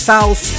House